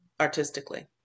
artistically